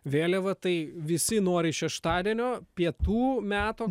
vėliava tai visi nori šeštadienio pietų meto